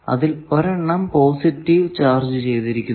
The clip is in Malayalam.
അതിൽ ഒരെണ്ണം പോസിറ്റീവ് ചാർജ് ചെയ്തിരിക്കുന്നു